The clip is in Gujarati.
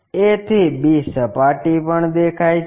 a થી b સપાટી પણ દેખાય છે